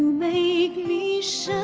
make me shine,